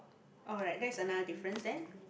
alright that's another difference then